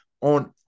on